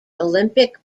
olympic